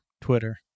Twitter